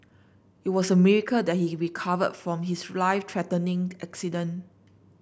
it was a miracle that he recovered from his life threatening accident